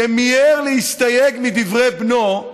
שמיהר להסתייג מדברי בנו,